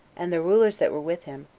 and the rulers that were with him,